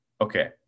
Okay